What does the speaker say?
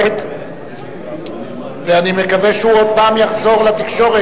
וביקשו שימוש חורג.